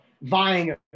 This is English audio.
vying